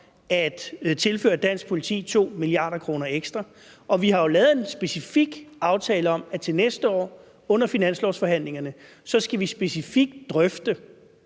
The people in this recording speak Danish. at tilføre dansk politi 2 mia. kr. ekstra, og vi har lavet en specifik aftale om, at vi til næste år under finanslovsforhandlingerne specifikt skal drøfte